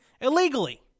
illegally